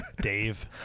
Dave